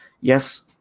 yes